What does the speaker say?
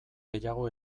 gehiago